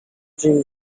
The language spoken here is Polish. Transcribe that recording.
dzień